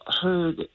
heard